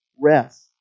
rest